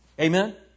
Amen